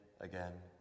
again